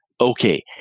okay